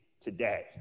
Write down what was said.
today